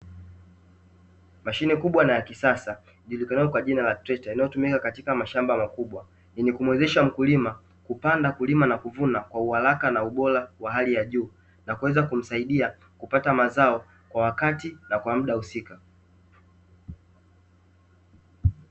Mashine kubwa na ya kisasa ijulikanayo kwa jina la Trekta inayotumika katika mashamba makubwa lenye kumuwezesha mkulima kupanda, kulima na kuvuna kwa uharaka na ubora wa hali ya juu na kuweza kumsaidia kupata mazao kwa wakati na kwa muda husika.